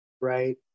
right